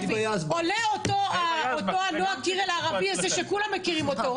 עולה אותו הנועה קירל הערבי הזה שכולם מכירים אותו,